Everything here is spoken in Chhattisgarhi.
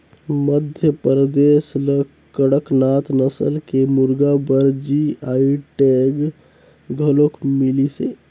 मध्यपरदेस ल कड़कनाथ नसल के मुरगा बर जी.आई टैग घलोक मिलिसे